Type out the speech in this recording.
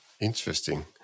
Interesting